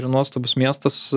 ir nuostabus miestas